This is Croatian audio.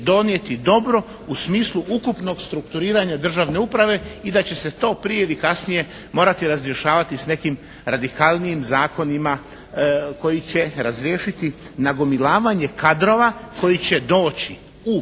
donijeti dobro u smislu ukupnog strukturiranja državne uprave i da će se to prije ili kasnije morati razrješavati s nekim radikalnijim zakonima koji će razriješiti nagomilavanje kadrova koji će doći u